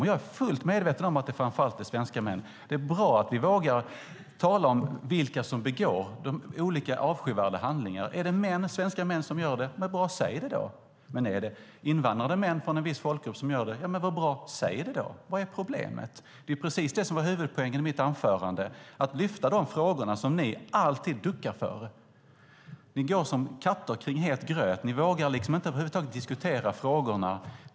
Och jag är fullt medveten om att det framför allt är svenska män. Det är bra att vi vågar tala om vilka som begår olika avskyvärda handlingar. Är det svenska män som gör det, säg det då! Är det invandrade män från en viss folkgrupp som gör det, säg det då! Vad är problemet? Det är precis det som är huvudpoängen i mitt anförande, att lyfta fram de frågor som ni alltid duckar för. Ni går som katter kring het gröt. Ni vågar liksom inte över huvud taget diskutera frågorna.